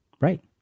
Right